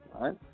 right